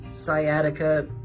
sciatica